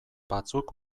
batzuk